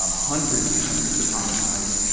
um hundreds and hundreds of homicides.